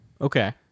Okay